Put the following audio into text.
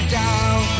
down